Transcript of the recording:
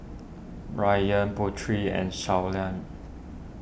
Ryan Putri and